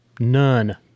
none